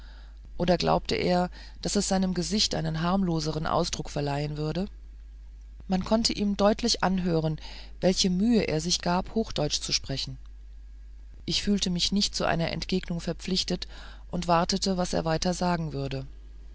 oder glaubte er daß es seinem gesicht einen harmloseren ausdruck verleihen würde man konnte ihm deutlich anhören welche mühe er sich gab hochdeutsch zu reden ich fühlte mich nicht zu einer entgegnung verpflichtet und wartete was er weiter sagen würde